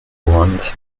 runs